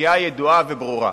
פגיעה ידועה וברורה.